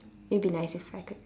it'd be nice if I could